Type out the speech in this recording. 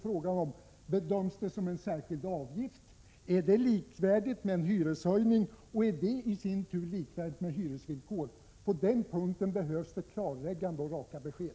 Frågan är: Bedöms det som en särskild avgift, är den i så fall likvärdig med hyreshöjning, och är denna i sin tur likvärdig med hyresvillkor? På den punkten behövs det klargörande och raka besked.